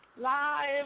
live